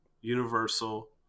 Universal